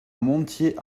montier